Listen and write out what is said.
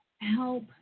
help